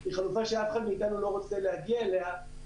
היא חלופה שאף אחד מאיתנו לא רוצה להגיע אליה.